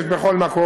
יש בכל מקום,